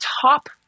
top